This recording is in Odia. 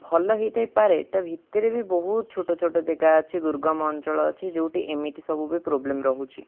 ଭଲ ହେଇଥାଇ ପାରେ ତା' ଭିତରେ ବି ବହୁତ ଛୋଟ ଛୋଟ ଜେଗା ଅଛି ଦୁର୍ଗମ ଅଞ୍ଚଳ ଅଛି ଯେଉଁଠି ଏମିତି ସବୁ ବି ପ୍ରୋବ୍ଲେମ୍ ରହୁଛି